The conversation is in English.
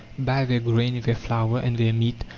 buy their grain, their flour, and their meat,